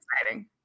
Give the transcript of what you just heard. exciting